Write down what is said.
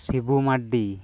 Sibu Mardi